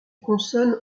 consonnes